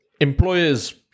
employers